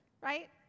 right